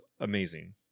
amazing